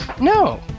No